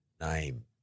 name